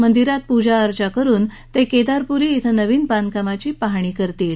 मंदिरात पूजा अर्चा करून ते केदार पूरी क्विं नवीन बांधकामाची पाहणी करतील